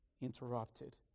interrupted